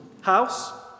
house